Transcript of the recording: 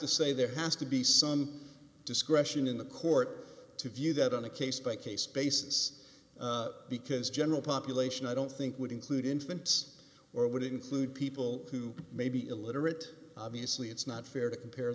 to say there has to be some discretion in the court to view that on a case by case basis because general population i don't think would include infants or would include people who may be illiterate obviously it's not fair to compare